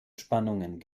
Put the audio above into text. spannungen